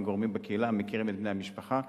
גורמים בקהילה המכירים את בני המשפחה.